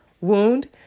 wound